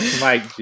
Mike